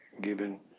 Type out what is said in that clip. given